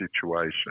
situation